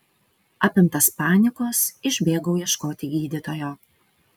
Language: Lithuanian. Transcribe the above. apimtas panikos išbėgau ieškoti gydytojo